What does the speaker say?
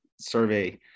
survey